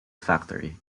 factory